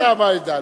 הוא מטעם העדה,